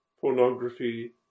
pornography